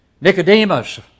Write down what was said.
Nicodemus